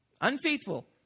unfaithful